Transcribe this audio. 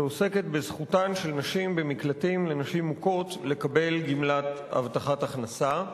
שעוסקת בזכותן של נשים במקלטים לנשים מוכות לקבל גמלת הבטחת הכנסה.